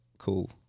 cool